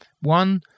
One